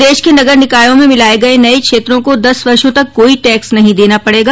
प्रदेश के नगर निकायों में मिलाए गए नए क्षेत्रों को दस वर्षो तक कोई टैक्स नही देना पड़ेगा